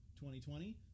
2020